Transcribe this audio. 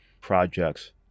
projects